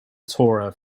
torah